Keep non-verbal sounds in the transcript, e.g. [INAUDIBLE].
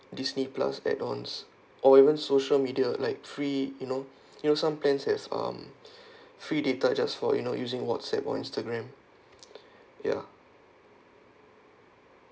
disney plus add ons or even social media like free you know [BREATH] you know some plans have um [BREATH] free data just for you know using whatsapp or instagram [BREATH] ya